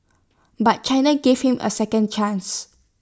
but China gave him A second chance